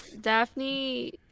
Daphne